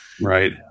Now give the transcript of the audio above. right